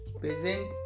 present